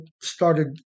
started